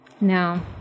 no